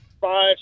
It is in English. five